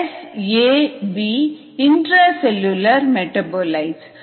SAB intracellular metabolites